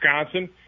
Wisconsin